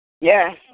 Yes